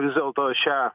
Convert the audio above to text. vis dėlto šią